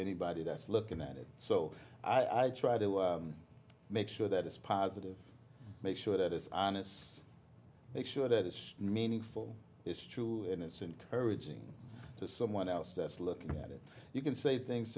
anybody that's looking at it so i try to make sure that it's positive make sure that it's honest make sure that it's meaningful it's true and it's encouraging to someone else that's looking at it you can say things